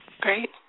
Great